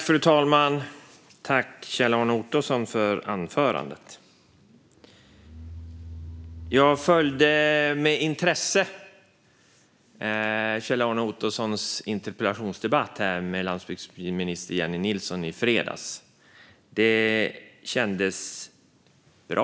Fru talman! Tack, Kjell-Arne Ottosson, för anförandet! Jag följde med intresse Kjell-Arne Ottossons interpellationsdebatt med landsbygdsminister Jennie Nilsson i fredags. Det kändes bra.